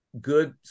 good